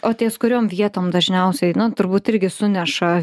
o ties kuriom vietom dažniausiai na turbūt irgi suneša